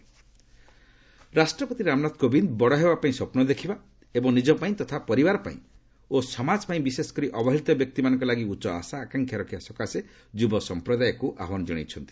ପ୍ରେଜ୍ ଭିଜିଟ୍ ରାଷ୍ଟ୍ରପତି ରାମନାଥ କୋବିନ୍ଦ ବଡ଼ ହେବାପାଇଁ ସ୍ୱପ୍ନ ଦେଖିବା ଏବଂ ନିଜ ପାଇଁ ତଥା ପରିବାରପାଇଁ ତତା ସମାଜ ପାଇଁ ବିଶେଷକରି ଅବହେଳିତ ବ୍ୟକ୍ତିମାନଙ୍କ ଲାଗି ଉଚ୍ଚ ଆଶା ଆକାଂକ୍ଷା ରଖିବା ସକାଶେ ଯୁବସମ୍ପ୍ରଦାୟକୁ ଆହ୍ୱାନ ଜଣାଇଛନ୍ତି